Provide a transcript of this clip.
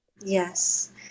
yes